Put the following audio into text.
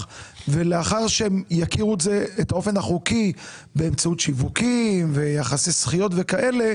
ולאחר שהן יכירו את האופן החוקי באמצעות שיווקים ויחסי זכיות וכולי,